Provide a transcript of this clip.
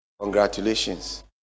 Congratulations